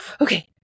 okay